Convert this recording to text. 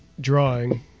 drawing